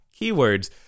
keywords